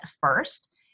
first